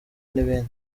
n’ibindi